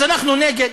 אז אנחנו נגד.